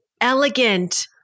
Elegant